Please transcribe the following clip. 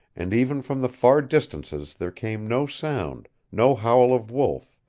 and even from the far distances there came no sound, no howl of wolf,